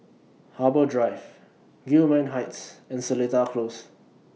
Harbour Drive Gillman Heights and Seletar Close